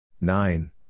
nine